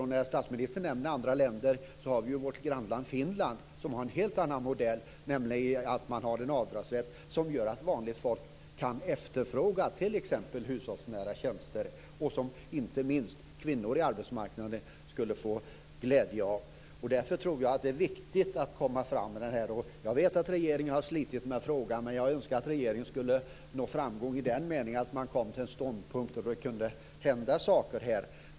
Statsministern nämner andra länder, och vi har ju vårt grannland Finland som har en helt annan modell, nämligen att man har en avdragsrätt som gör att vanliga människor kan efterfråga t.ex. hushållsnära tjänster och som inte minst kvinnor på arbetsmarknaden skulle få glädje av. Därför tror jag att det är viktigt att komma fram med detta. Jag vet att regeringen har slitit med frågan. Men jag önskar att regeringen skulle nå framgång i den meningen att den kom till en ståndpunkt då det kunde hända saker här.